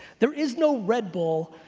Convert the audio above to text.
there is no red bull,